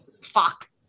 Fuck